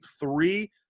three